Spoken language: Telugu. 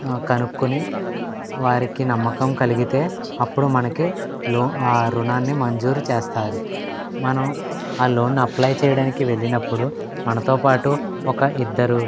కనుక్కొని వారికి నమ్మకం కలిగితే అప్పుడు మనకి లోన్ రుణాన్ని మంజూరు చేస్తారు మనం ఆ లోన్ను అప్లయ్ చేయడానికి వెళ్ళినప్పుడు మనతోపాటు ఒక ఇద్దరు